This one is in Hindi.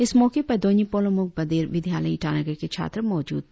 इस मौके पर दोन्यी पोलो मूक बधिर विद्यालय ईटानगर के छात्र मौजूद थे